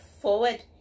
forward